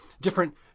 different